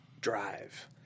Drive